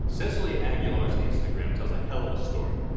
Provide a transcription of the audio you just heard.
cecily aguilar's instagram tells a hell of a story.